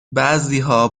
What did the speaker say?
بعضیها